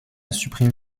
supprimé